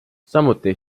samuti